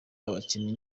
abakinnyi